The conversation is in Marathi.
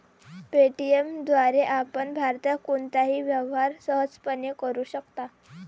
पे.टी.एम द्वारे आपण भारतात कोणताही व्यवहार सहजपणे करू शकता